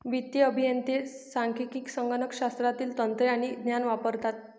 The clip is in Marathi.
वित्तीय अभियंते सांख्यिकी, संगणक शास्त्रातील तंत्रे आणि ज्ञान वापरतात